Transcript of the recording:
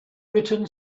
written